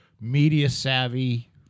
media-savvy